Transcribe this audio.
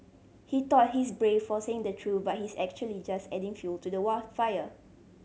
he thought he's brave for saying the truth but he's actually just adding fuel to the fire